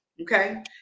Okay